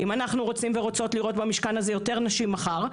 אם אנחנו רוצים ורוצות לראות במשכן הזה יותר נשים מחר,